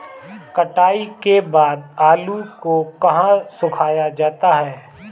कटाई के बाद आलू को कहाँ सुखाया जाता है?